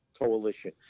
Coalition